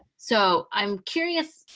so i'm curious,